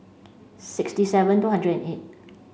sixty seven two hundred and eight